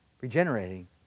regenerating